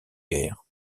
guerre